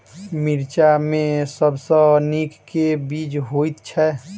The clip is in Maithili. मिर्चा मे सबसँ नीक केँ बीज होइत छै?